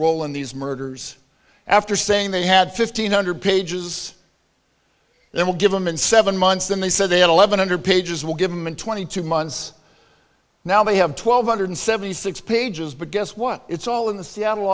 role in these murders after saying they had fifteen hundred pages they will give them in seven months and they said they had eleven hundred pages will give them in twenty two months now they have twelve hundred seventy six pages but guess what it's all in the seattle